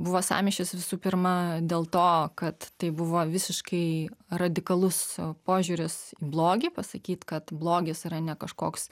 buvo sąmyšis visų pirma dėl to kad tai buvo visiškai radikalus požiūris į blogį pasakyt kad blogis yra ne kažkoks